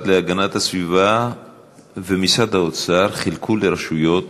להגנת הסביבה ומשרד האוצר חילקו לרשויות